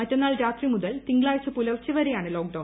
മറ്റന്നാൾ രാത്രി മുതൽ തിങ്കളാഴ്ച പുലർച്ചെട് വരെയാണ് ല്ലോക്ക്ഡൌൺ